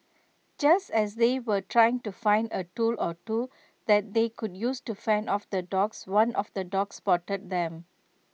just as they were trying to find A tool or two that they could use to fend off the dogs one of the dogs spotted them